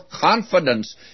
confidence